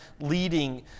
leading